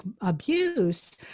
abuse